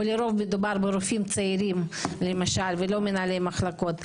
ולרוב מדובר ברופאים צעירים למשל ולא מנהלי מחלקות,